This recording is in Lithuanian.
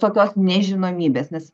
tokios nežinomybės nes